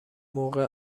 موقع